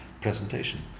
presentation